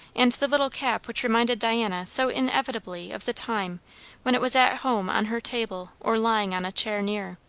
and the little cap which reminded diana so inevitably of the time when it was at home on her table or lying on a chair near!